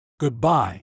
Goodbye